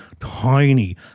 tiny